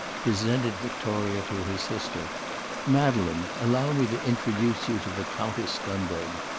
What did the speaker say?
presented victoria to her sister madeleine, allow me to introduce you to the countess dunbeg!